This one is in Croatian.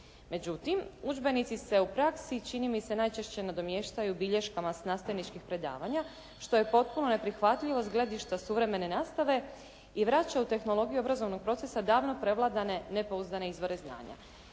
Međutim, udžbenici se u praksi čini mi se najčešće nadomještaju bilješkama s nastavničkih predavanja, što je potpuno neprihvatljivo s gledišta suvremene nastave i vraća u tehnologiju obrazovnog procesa davno prevladane nepouzdane izvore znanja.